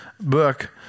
book